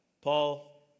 Paul